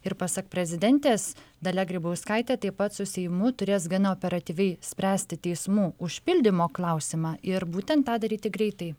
ir pasak prezidentės dalia grybauskaitė taip pat su seimu turės gana operatyviai spręsti teismų užpildymo klausimą ir būtent tą daryti greitai